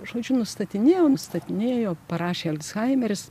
žodžiu nustatinėjo nustatinėjo parašė alzhaimeris